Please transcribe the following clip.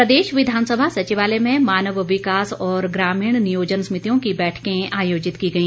बैठकें प्रदेश विधानसभा संचिवालय में मानव विकास और ग्रामीण नियोजन समितियों की बैठकें आयोजित की गई